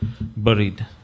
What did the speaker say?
buried